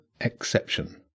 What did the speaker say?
exception